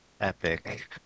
epic